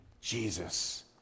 Jesus